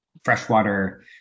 freshwater